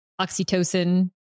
oxytocin